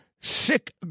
Sick